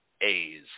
A's